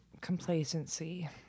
complacency